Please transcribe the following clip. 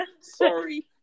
Sorry